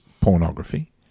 pornography